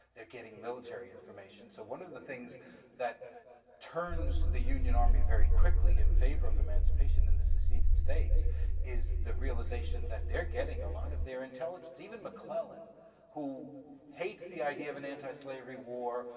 they're getting military information. so, one of the things that turns the union army very quickly in favor of emancipation in the seceded states is the realization that they're getting a lot of their intelligence, even mcclellan who hates the idea of an antislavery war,